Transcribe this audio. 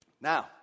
Now